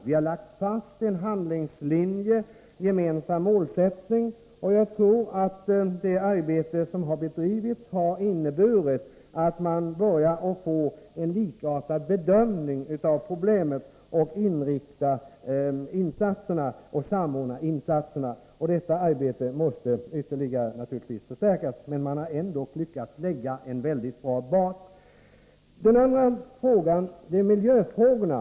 Vi har lagt fast en handlingslinje och en gemensam målsättning, och jag tror att det arbete som bedrivits har inneburit att man börjar få en likartad bedömning av problemen och samordnar insatserna. Detta arbete måste naturligtvis förstärkas ytterligare, men man har ändock lyckats lägga en väldigt bra bas. Den andra frågan är miljöfrågan.